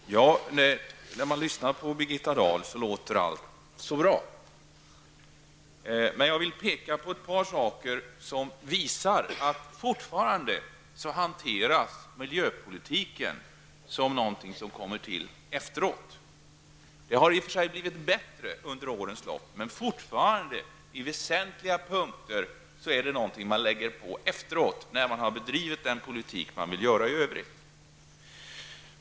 Fru talman! När man lyssnar till Birgitta Dahl låter allt så bra. Jag vill dock peka på ett par saker som visar att miljöpolitiken fortfarande förefaller att komma till efteråt. Det har i och för sig blivit bättre under årens lopp, men fortfarande är det i väsentliga avseenden något som man lägger på efteråt när man har bedrivit den politik man vill föra i övrigt.